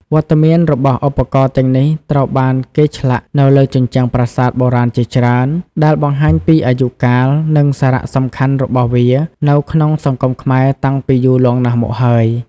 វត្តមានរបស់ឧបករណ៍ទាំងនេះត្រូវបានគេឆ្លាក់នៅលើជញ្ជាំងប្រាសាទបុរាណជាច្រើន ដែលបង្ហាញពីអាយុកាល និងសារៈសំខាន់របស់វានៅក្នុងសង្គមខ្មែរតាំងពីយូរលង់ណាស់មកហើយ។